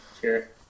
Sure